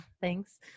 Thanks